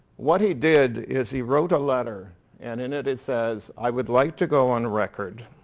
what he did is he wrote a letter and in it, it says, i would like to go on record